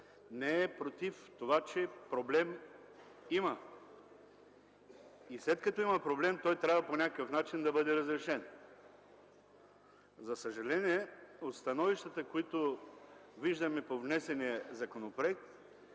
не е против това, че проблем има и след като има проблем трябва по някакъв начин да бъде разрешен. За съжаление от становищата, които виждаме по внесения законопроект,